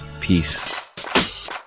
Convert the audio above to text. Peace